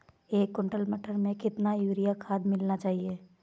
एक कुंटल मटर में कितना यूरिया खाद मिलाना चाहिए?